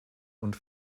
und